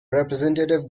representative